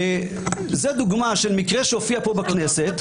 זאת דוגמה של מקרה שהופיע פה בכנסת --- בסדר,